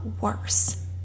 worse